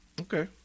Okay